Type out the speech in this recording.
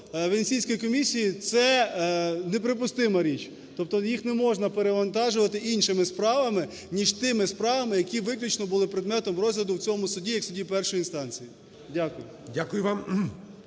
Венеційської комісії це неприпустима річ, тобто їх не можна перевантажувати іншими справами, ніж тими справами, які виключно були предметом розгляду в цьому суді як суді першої інстанції. Дякую.